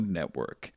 Network